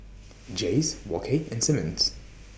Jays Wok Hey and Simmons